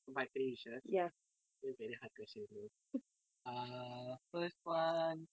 my three wishes that's a very hard question you know err